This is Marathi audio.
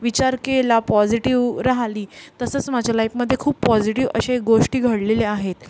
विचार केला पॉजिटीव राहिली तसंच माझ्या लाईफमध्ये खूप पॉजिटीव असे गोष्टी घडलेल्या आहेत